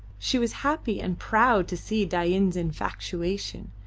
she was happy and proud to see dain's infatuation,